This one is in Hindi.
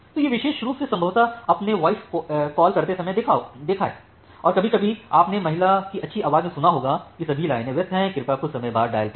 तो यह विशेष रूप से संभवत आपने वॉइस कॉल करते समय देखा है और कभी कभी आपने महिला की अच्छी आवाज़ में सुना होगा कि सभी लाइनें व्यस्त हैं कृपया कुछ समय बाद डायल करें